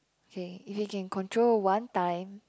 okay if you can control one time